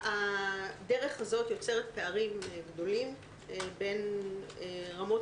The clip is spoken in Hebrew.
הדרך הזאת יוצרת פערים גדולים בין רמות